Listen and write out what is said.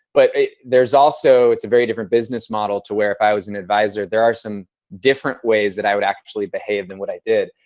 but there's also, it's a very different business model to where if i was an advisor, there are some different ways that i would actually behave than what i did.